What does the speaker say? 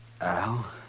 Al